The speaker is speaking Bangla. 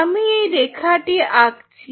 আমি এই রেখাটি আঁকছি